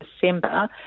December